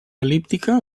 el·líptica